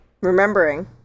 Remembering